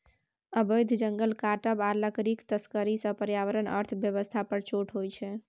अबैध जंगल काटब आ लकड़ीक तस्करी सँ पर्यावरण अर्थ बेबस्था पर चोट होइ छै